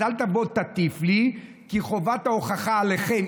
אז אל תבוא ותטיף לי, כי חובת ההוכחה עליכם.